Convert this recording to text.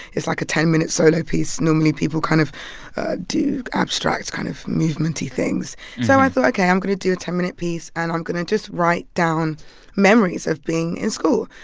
it's like a ten minute solo piece. normally, people kind of do abstract kind of movement-y things so i thought, ok. i'm going to do a ten minute piece, and i'm going to just write down memories of being in school.